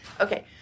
Okay